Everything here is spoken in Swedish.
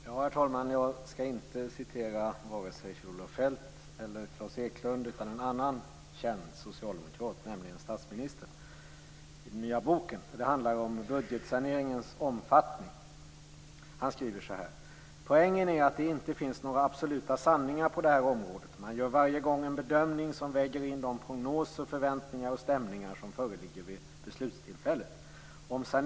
Herr talman! Jag skall inte citera vare sig Kjell Olof Feldt eller Klas Eklund utan en annan känd socialdemokrat, nämligen statsministern i den nya boken. Det handlar om budgetsaneringens omfattning. Han skriver: "Poängen är att det inte finns några absoluta sanningar på det här området. Man gör varje gång en bedömning som väger in de prognoser, förväntningar och stämningar som föreligger vid beslutstillfället.